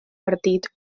partit